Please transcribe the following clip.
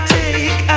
take